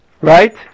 Right